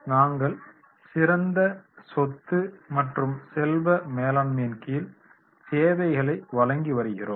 நாங்கள் சிறந்த சொத்து மற்றும் செல்வ மேலாண்மையின் கீழ் சேவைகளை வழங்கி வருகிறோம்